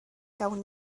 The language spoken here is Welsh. gawn